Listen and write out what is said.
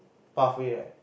pathway right